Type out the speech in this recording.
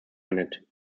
unit